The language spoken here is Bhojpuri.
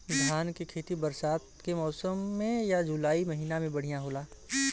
धान के खेती बरसात के मौसम या जुलाई महीना में बढ़ियां होला?